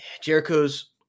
Jericho's